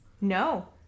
no